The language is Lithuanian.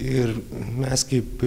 ir mes kaip